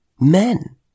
Men